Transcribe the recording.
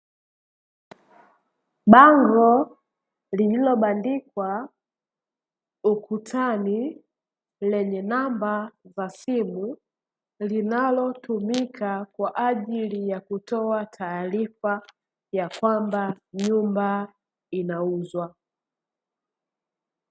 Bango lililo bandikwa ukutani, Lenye namba za simu linalotumika kwaajili ya kutoa taarifa ya kwamba nyumba inauzwa.